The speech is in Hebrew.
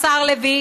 השר לוין,